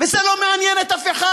וזה לא מעניין אף אחד,